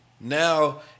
Now